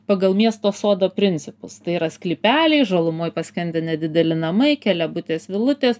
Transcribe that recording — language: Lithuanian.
pagal miesto sodo principus tai yra sklypeliai žalumoj paskendę nedideli namai keliabutės vilutės